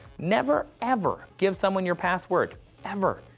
never ever give someone your password ever.